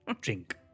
drink